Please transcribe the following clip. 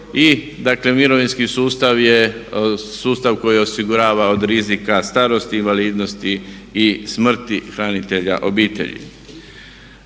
mirovinski sustav je sustav koji osigurav od rizika starosti, invalidnosti i smrti hranitelja obitelji.